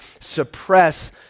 suppress